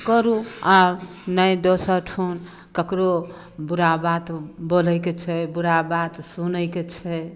करू आ नहि दोसर ठाँ ककरो बुरा बात बोलयके छै बुरा बात सुनयके छै